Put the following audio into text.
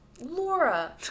Laura